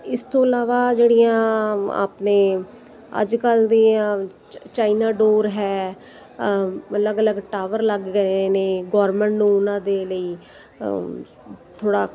ਇਸ ਤੋਂ ਇਲਾਵਾ ਜਿਹੜੀਆਂ ਆਪਣੇ ਅੱਜ ਕੱਲ੍ਹ ਦੀਆਂ ਚਾਈਨਾ ਡੋਰ ਹੈ ਅਲੱਗ ਅਲੱਗ ਟਾਵਰ ਲੱਗ ਗਏ ਨੇ ਗੌਰਮੈਂਟ ਨੂੰ ਉਹਨਾਂ ਦੇ ਲਈ ਥੋੜ੍ਹਾ